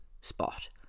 spot